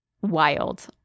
Wild